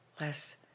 less